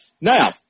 Now